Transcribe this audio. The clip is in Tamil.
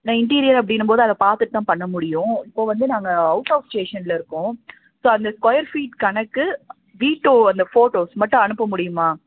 ஏன்னா இன்ட்டீரியர் அப்படின்னம்போது அதை பார்த்துட்டுதான் பண்ண முடியும் இப்போ வந்து நாங்கள் அவுட் ஆப் ஸ்டேஷன்ல இருக்கோம் ஸோ அந்த ஸ்கொயர் ஃபீட் கணக்கு வீட்டோ அந்த ஃபோட்டோஸ் மட்டும் அனுப்ப முடியுமா